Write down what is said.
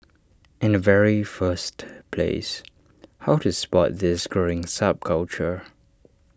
in the very first place how to spot this growing subculture